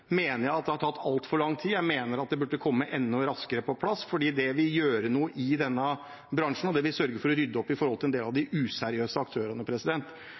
mener jeg har tatt altfor lang tid. Jeg mener det burde komme enda raskere på plass, for det vil gjøre noe i denne bransjen, og det vil sørge for å rydde opp blant en del av de useriøse aktørene.